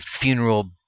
funeral